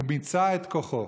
הוא מיצה את כוחו.